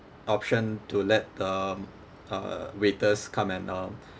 option to let the uh waiters come and um